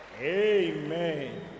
Amen